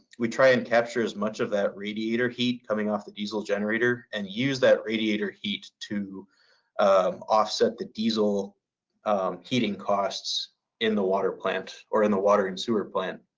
we try and capture as much of that radiator heat coming off the diesel generator and use that radiator heat to offset the diesel heating costs in the water plant or in the water and sewer plant.